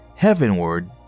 heavenward